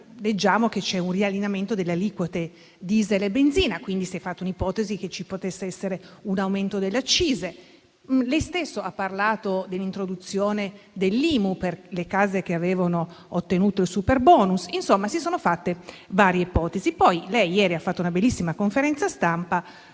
leggiamo che c'è un riallineamento delle aliquote *diesel* e benzina e, quindi, si è ipotizzato che ci potesse essere un aumento delle accise. Lei stesso ha parlato dell'introduzione dell'IMU per le case che avevano ottenuto il superbonus. Insomma, si sono fatte varie ipotesi. Lei ieri ha fatto una bellissima conferenza stampa